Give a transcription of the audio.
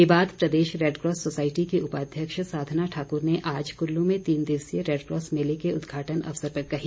ये बात प्रदेश रेडकॉस सोसाईटी की उपाध्यक्ष साधना ठाकुर ने आज कुल्लू में तीन दिवसीय रेडकॉस मेले के उद्घाटन अवसर पर कही